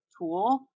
tool